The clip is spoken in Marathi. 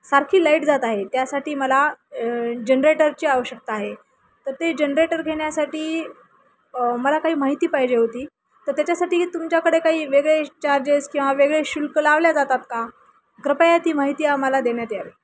सारखी लाईट जात आहे त्यासाठी मला जनरेटरची आवश्यकता आहे तर ते जनरेटर घेण्यासाठी मला काही माहिती पाहिजे होती तर त्याच्यासाठी तुमच्याकडे काही वेगळे चार्जेस किंवा वेगळे शुल्क लावल्या जातात का कृपया ती माहिती आम्हाला देण्यात यावी